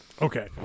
Okay